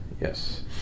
yes